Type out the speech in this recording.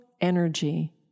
energy